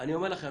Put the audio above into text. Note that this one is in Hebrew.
אני אומר לכם,